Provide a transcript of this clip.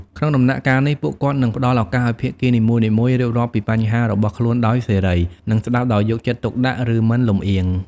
ក្នុងដំណាក់កាលនេះ ពួកគាត់នឹង ផ្តល់ឱកាសឲ្យភាគីនីមួយៗរៀបរាប់ពីបញ្ហារបស់ខ្លួនដោយសេរី និងស្តាប់ដោយយកចិត្តទុកដាក់ ឬមិនលំអៀង។